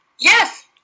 Yes